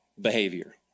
behavior